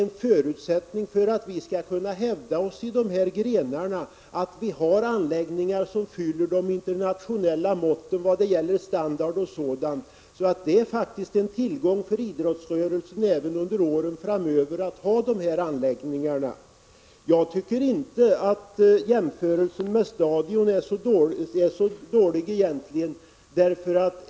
En förutsättning för att vi skall kunna hävda oss i de här grenarna är att vi har anläggningar som fyller de internationella måtten vad gäller standard och annat. Det är faktiskt en tillgång för idrottsrörelsen under åren framöver att ha dessa anläggningar. Jag tycker inte att jämförelsen med Stadion egentligen är så dålig.